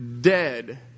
dead